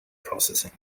processing